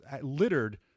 littered